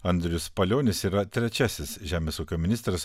andrius palionis yra trečiasis žemės ūkio ministras